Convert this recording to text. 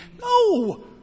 No